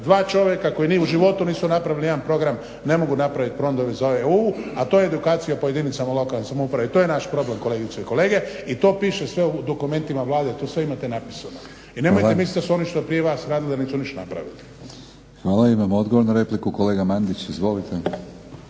dva čovjeka koji u životu nisu napravili jedan program ne mogu napraviti program za EU a to edukacija po jedinicama lokalne samouprave i to je naš problem kolegice i kolege i to piše sve u dokumentima Vlade. To sve imate napisano. I nemojte misliti da oni što su prije vas radili nisu ništa napravili. **Batinić, Milorad (HNS)** Hvala. Imamo odgovor na repliku, kolega Mandić izvolite.